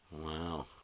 Wow